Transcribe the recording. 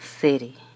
city